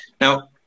Now